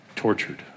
tortured